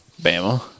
Bama